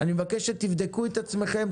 אני מבקש שתבדקו את עצמכם,